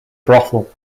brothel